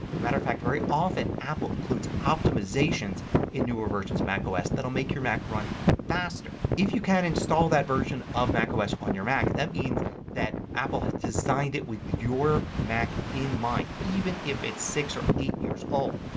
matter of fact, very often apple includes optimizations in newer versions of macos that will make your mac run faster. if you can install that version of macos on your mac that means that apple designed it with your mac in mind. even if it's six or eight years old.